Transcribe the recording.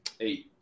Eight